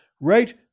right